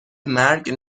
مرگ